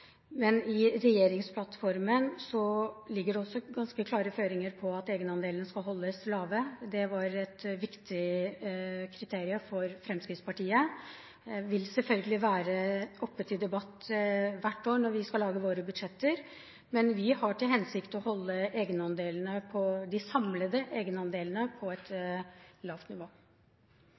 men i regjeringsplattformen ligger det ganske klare føringer på at egenandelene skal holdes lave. Det var et viktig kriterium for Fremskrittspartiet. Det vil selvfølgelig være oppe til debatt hvert år, når vi skal lage våre budsjetter, men vi har til hensikt å holde de samlede egenandelene på et lavt nivå.